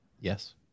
Yes